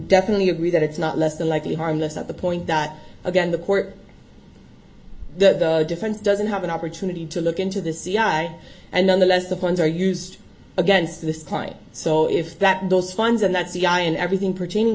definitely agree that it's not less than likely harmless at the point that again the court the difference doesn't have an opportunity to look into the c i and nonetheless the points are used against this point so if that those funds and that's the guy and everything pertaining